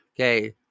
Okay